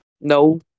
No